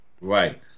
Right